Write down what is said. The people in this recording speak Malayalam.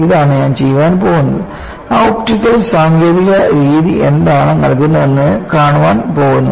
ഇതാണ് ഞാൻ ചെയ്യാൻ പോകുന്നത് ആ ഒപ്റ്റിക്കൽ സാങ്കേതിക രീതി എന്താണ് നൽകുന്നതെന്ന് കാണാൻ പോകുന്നു